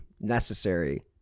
necessary